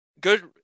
good